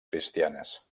cristianes